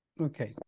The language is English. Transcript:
Okay